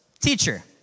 Teacher